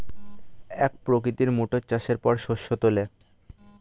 এক প্রকৃতির মোটর চাষের পর শস্য তোলে